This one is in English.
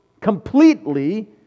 completely